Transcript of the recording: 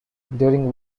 during